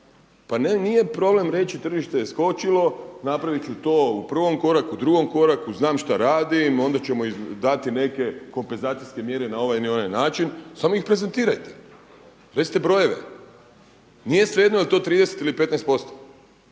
Pa nije problem reći tržište je skočilo, napravit ću to u prvom koraku, drugom koraku, znam šta radim, onda ćemo im dati neke kompenzacijske mjere na ovaj ili na onaj način samo ih prezentirajte, recite brojeve. Nije svejedno jel' to 30 ili 15%.